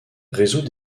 résout